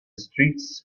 streets